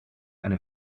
eine